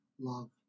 love